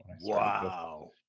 Wow